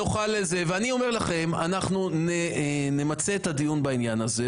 אנחנו נמצה את הדיון הזה,